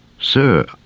Sir